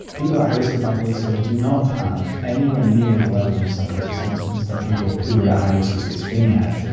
people at high risk of bipolar disorder sort of do not have anywhere near the level of psychotic symptoms that people who are at high risk of schizophrenia had.